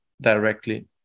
directly